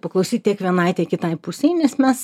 paklausyt tiek vienai tiek kitai pusei nes mes